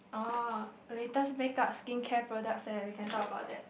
orh latest makeup skincare product leh we can talk about that